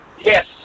Yes